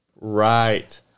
Right